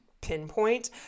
pinpoint